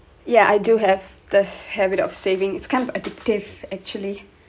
ya I do have this habit of saving it's kind of addictive actually